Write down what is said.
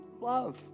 love